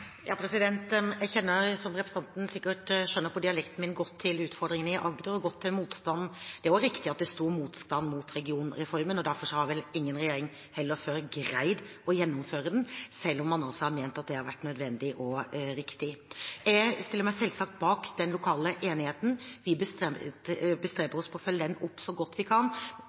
Ja, jeg kjenner, som representanten sikkert skjønner på dialekten min, godt til utfordringene i Agder og godt til motstanden. Det er riktig at det er stor motstand mot regionreformen, og derfor har vel ingen regjering før greid å gjennomføre den, selv om man har ment at det har vært nødvendig og riktig. Jeg stiller meg selvsagt bak den lokale enigheten. Vi bestreber oss på å følge den opp så godt vi kan.